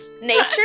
Nature